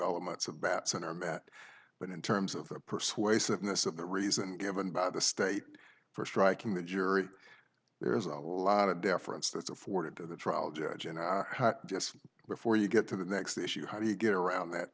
elements of batson are met but in terms of the persuasiveness of the reason given by the state for striking the jury there is a lot of deference that's afforded to the trial judge and i guess before you get to the next issue how do you get around that